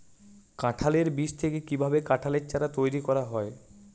কাঁঠালের বীজ থেকে কীভাবে কাঁঠালের চারা তৈরি করা হয়?